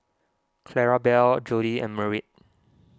Clarabelle Jody and Merritt